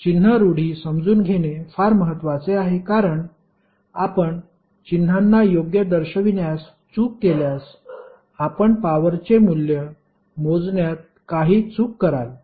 तर चिन्ह रुढी समजून घेणे फार महत्वाचे आहे कारण आपण चिन्हांना योग्य दर्शवण्यास चूक केल्यास आपण पॉवरचे मूल्य मोजण्यात काही चूक कराल